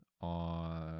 on